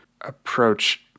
approach